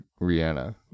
Rihanna